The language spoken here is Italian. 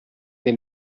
dei